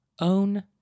Own